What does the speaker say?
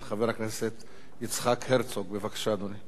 להצעה לסדר-היום ולהעביר את הנושא לוועדת הכלכלה נתקבלה.